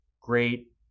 great